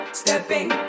stepping